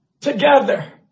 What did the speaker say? together